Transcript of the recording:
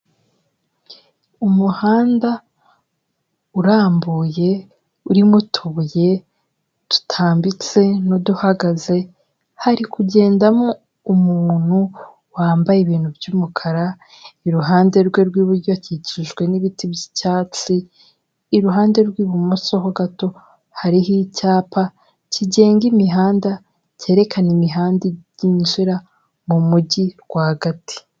Umuhanda urambuye urimo utubuye dutambitse n'uduhagaze, hari kugendamo umuntu wambaye ibintu by'umukara, iruhande rwe rw'iburyo akikijwe n'ibiti by'icyatsi, iruhande rw'ibumoso ho gato hari icyapa kigenga imihanda, cyerekana imihanda yinjira mu mujyi rwagati.